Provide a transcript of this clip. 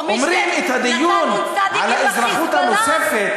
או מי שנתן נ"צים ל"חיזבאללה",